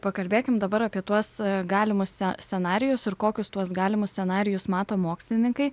pakalbėkim dabar apie tuos galimus scenarijus ir kokius tuos galimus scenarijus mato mokslininkai